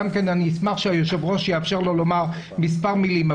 אני אשמח שהיושב ראש יאפשר לו לומר מספר מלים.